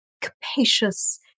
capacious